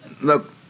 look